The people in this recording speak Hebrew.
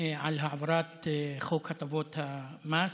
על העברת חוק הטבות המס,